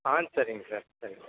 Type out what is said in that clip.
ஆ சரிங்க சார் சரிங்க